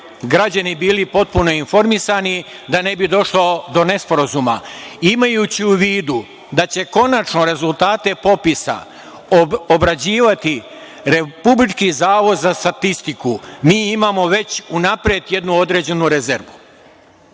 građani bili potpuno informisani, da ne bi došlo do nesporazuma. Imajući u vidu da će konačno rezultate popisa obrađivati Republički zavod za statistiku, mi imamo već unapred jednu određenu rezervu.